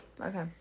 Okay